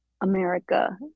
America